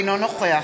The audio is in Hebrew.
אינו נוכח